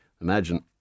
Imagine